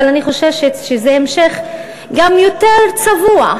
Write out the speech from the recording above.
אבל אני חוששת שזה גם המשך יותר צבוע,